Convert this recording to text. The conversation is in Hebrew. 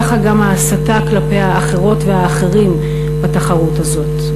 כך גם ההסתה כלפי האחרות והאחרים בתחרות הזאת.